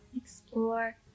explore